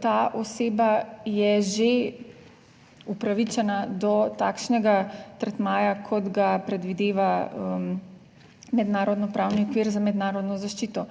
ta oseba je že upravičena do takšnega tretmaja kot ga predvideva mednarodno pravni okvir za mednarodno zaščito.